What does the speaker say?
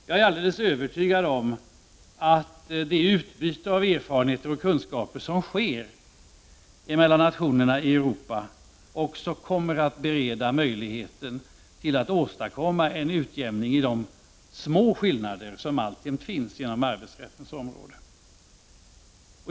Jag är alldeles övertygad om att det utbyte av erfarenheter och kunskaper som sker emellan nationerna i Europa också kommer att bereda möjligheten till att åstadkomma en utjämning i de små skillnader som alljämt finns inom arbetsrättens område.